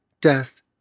death